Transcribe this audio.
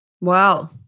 Wow